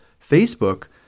Facebook